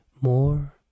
more